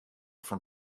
fan